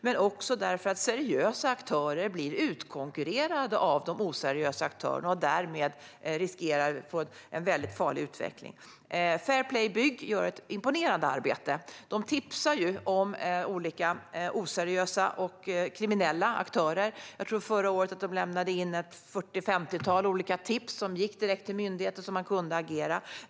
Dessutom blir seriösa aktörer utkonkurrerade av de oseriösa aktörerna, och därmed riskerar vi att få en väldigt farlig utveckling. Fair Play Bygg gör ett imponerande arbete. De tipsar ju om olika oseriösa och kriminella aktörer. Jag tror att de förra året lämnade in 40-50 tips till olika myndigheter som då kunde agera.